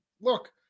look